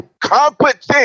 competent